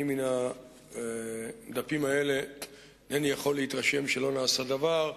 אני מן הדפים האלה אינני יכול להתרשם שלא נעשה דבר.